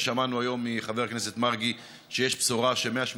שמענו היום מחבר הכנסת מרגי שיש בשורה ש-180